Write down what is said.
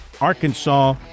Arkansas